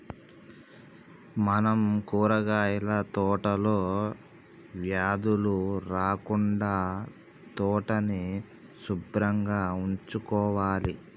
మనం కూరగాయల తోటలో వ్యాధులు రాకుండా తోటని సుభ్రంగా ఉంచుకోవాలి